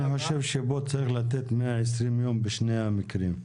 אני חושב שפה צריך לתת 120 יום בשני המקרים.